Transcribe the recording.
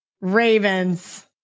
Ravens